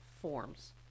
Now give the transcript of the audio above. forms